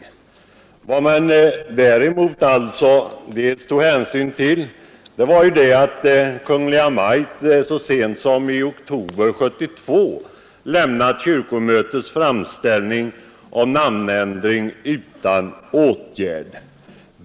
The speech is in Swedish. Vad vi däremot tagit hänsyn till är att Kungl. Maj:t så sent som i oktober 1972 lämnat kyrkomötets framställning om namnändring utan åtgärd.